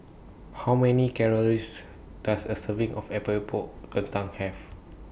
How Many Calories Does A Serving of Epok Epok Kentang Have